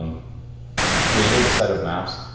created a set of maps,